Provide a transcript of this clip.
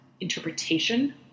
interpretation